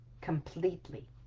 completely